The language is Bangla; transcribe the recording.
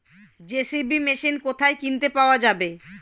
জে.সি.বি মেশিন কোথায় কিনতে পাওয়া যাবে?